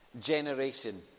generation